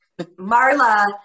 Marla